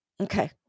Okay